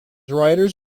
writers